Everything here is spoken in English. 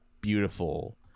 beautiful